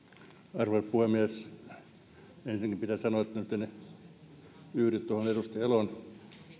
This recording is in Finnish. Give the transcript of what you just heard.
arvoisa puhemies ensinnäkin pitää sanoa että nyt en yhdy tuohon edustaja elon